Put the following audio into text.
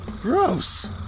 gross